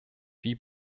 wie